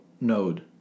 Node